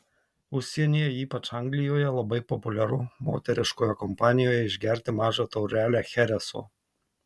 užsienyje ypač anglijoje labai populiaru moteriškoje kompanijoje išgerti mažą taurelę chereso